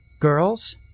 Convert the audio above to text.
Girls